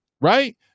right